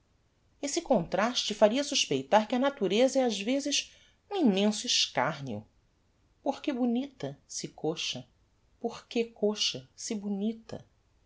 esse contraste faria suspeitar que a natureza é ás vezes um immenso escarneo porque bonita se coxa porque coxa se bonita